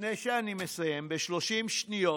לפני שאני מסיים, ב-30 שניות,